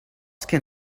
can